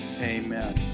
amen